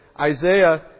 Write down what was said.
Isaiah